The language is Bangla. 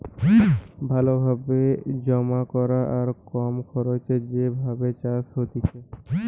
ভালো ভাবে জমা করা আর কম খরচে যে ভাবে চাষ হতিছে